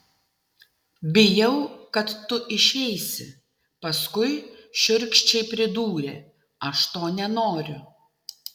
bijau kad tu išeisi paskui šiurkščiai pridūrė aš to nenoriu